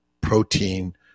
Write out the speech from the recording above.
protein